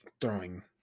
throwing